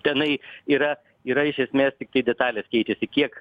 tenai yra yra iš esmės tiktai detalės keičiasi kiek